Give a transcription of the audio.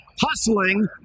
hustling